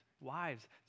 Wives